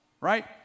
right